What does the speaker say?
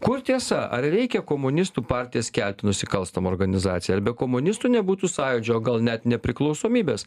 kur tiesa ar reikia komunistų partiją skelbt nusikalstama organizacija ar be komunistų nebūtų sąjūdžio o gal net nepriklausomybės